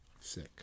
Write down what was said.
Sick